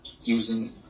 using